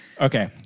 Okay